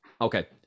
Okay